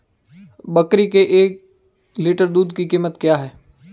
बकरी के एक लीटर दूध की कीमत क्या है?